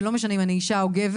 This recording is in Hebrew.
ולא משנה אם אני אישה או גבר.